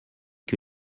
que